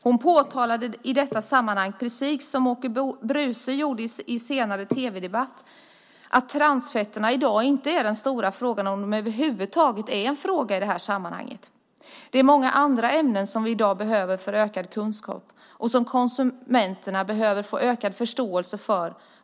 Hon påtalade i detta sammanhang, precis som Åke Bruce gjorde i senare tv-debatt, att transfetterna i dag inte är den stora frågan, om de över huvud taget är en fråga i det här sammanhanget. Det är många andra ämnen som vi som konsumenter i dag behöver få ökad kunskap om.